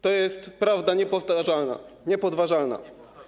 To jest prawda niepowtarzalna, niepodważalna.